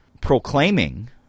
proclaiming